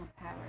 power